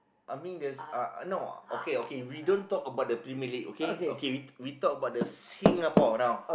I mean there's uh no okay okay we don't talk about the Premier-League okay okay we we talk about the Singapore now